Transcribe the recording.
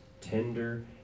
tender